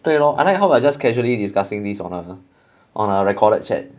对 lor how I just casually discussing this on a on a recorded chat